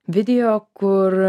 video kur